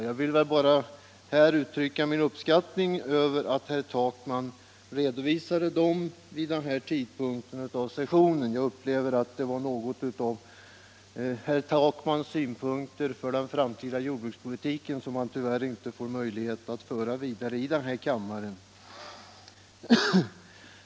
Jag vill bara uttrycka min uppskattning av att herr Takman lämnade denna redovisning vid den här tidpunkten på sessionen. Jag upplevde det som herr Takmans synpunkter inför den framtida jordbrukspolitiken, som han tyvärr inte får möjligheter att vidare föra i den här kammaren.